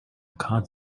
card